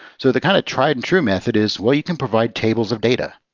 so the kind of tried-and-true method is, well, you can provide tables of data.